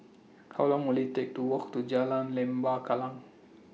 How Long Will IT Take to Walk to Jalan Lembah Kallang